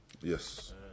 Yes